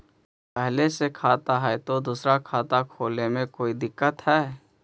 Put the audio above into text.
पहले से खाता है तो दूसरा खाता खोले में कोई दिक्कत है?